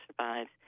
survives